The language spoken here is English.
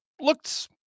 looked